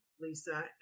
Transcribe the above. Lisa